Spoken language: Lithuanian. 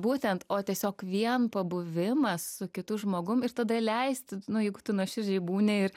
būtent o tiesiog vien pabuvimas su kitu žmogum ir tada leisti nu jeigu tu nuoširdžiai būni ir